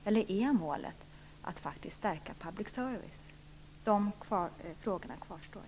Eller är målet att faktiskt stärka public service? De frågorna kvarstår.